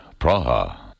Praha